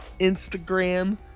Instagram